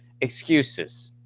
Excuses